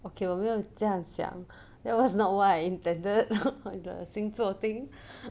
okay 我没有这样想 that was not what I intended the 星座 thing